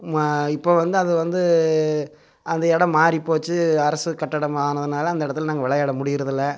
இப்போ வந்து அது வந்து அந்த இடம் மாதிரி போச்சு அரசு கட்டிடமா ஆனதுனால் அந்த இடத்துல நாங்கள் விளையாட முடியறதில்ல